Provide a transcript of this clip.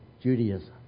Judaism